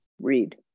read